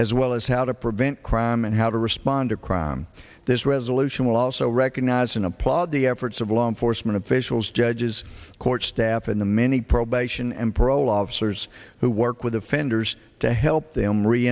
as well as how to prevent crime and how to respond to crime this resolution will also recognize and applaud the efforts of law enforcement officials judges court staff and the many probation and parole officers who work with offenders to help them re